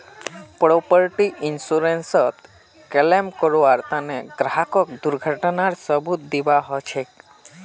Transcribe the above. property इन्शुरन्सत claim करबार तने ग्राहकक दुर्घटनार सबूत दीबा ह छेक